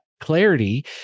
Clarity